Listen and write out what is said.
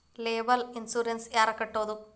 Liable insurance ನ ಯಾರ್ ಕಟ್ಬೊದು?